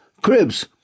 cribs